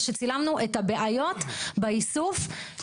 ושצילמנו את הבעיות באיסוף.